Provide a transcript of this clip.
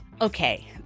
Okay